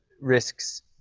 risks